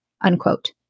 unquote